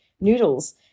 noodles